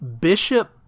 Bishop